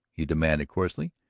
he demanded coarsely.